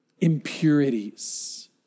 impurities